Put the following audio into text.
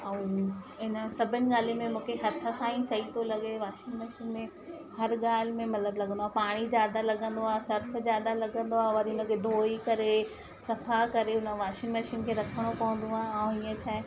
ऐं इन सभिनि ॻाल्हियुनि में मूंखे हथ सां ई सही थो लॻे वॉशिंग मशीन में हर ॻाल्हि में मतिलब लगंदो आहे पाणी ज्यादा लगंदो आहे सर्फ़ ज्यादा लगंदो आहे वरी उनखे धोई करे सफ़ा करे हुन वॉशिंग मशीन खे रखिणो पवंदो आहे ऐं हीअं छा आहे